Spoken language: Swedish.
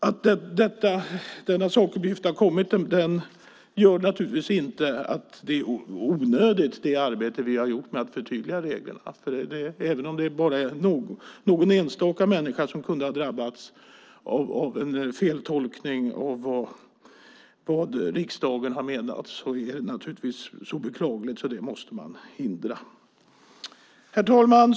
Att denna sakuppgift har kommit gör naturligtvis inte att det arbete som vi har gjort med att förtydliga reglerna är onödigt. Även om det bara är någon enstaka människa som kunde ha drabbats av en feltolkning av vad riksdagen har menat är det så beklagligt att man måste hindra det. Herr talman!